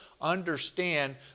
understand